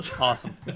Awesome